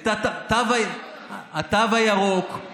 את הבידודים לא לבטל, את התו הירוק כן.